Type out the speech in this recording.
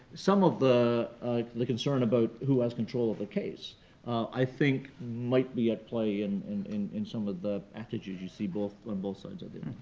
some of the the concern about who has control of a case i think might be at play and and in in some of the attitudes you see but on both sides of yeah